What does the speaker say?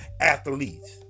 athletes